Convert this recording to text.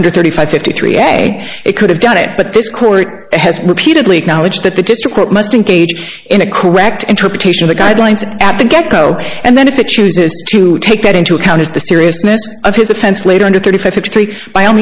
under thirty five fifty three a day it could have done it but this court has repeatedly acknowledged that the district must engage in a correct interpretation of the guidelines at the get go and then if it chooses to take that into account as the seriousness of his offense later under thirty five fifty three by all